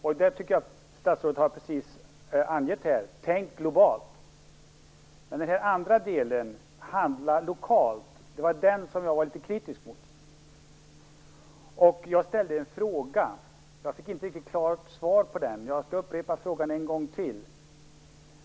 Jag tycker att statsrådet just har angett att vi skall tänka globalt. Men jag var litet kritisk mot den andra delen, handla lokalt. Jag ställde en fråga. Jag fick inte något klart svar på den. Jag skall upprepa frågan en gång till.